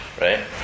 right